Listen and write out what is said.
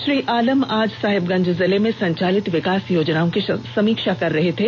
श्री आलम आज साहेबगंज जिले में संचालित विकास योजनाओं की समीक्षा कर रहे थे